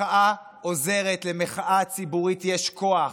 מחאה עוזרת, למחאה ציבורית יש כוח.